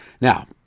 Now